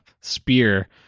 spear